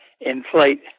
inflate